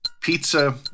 Pizza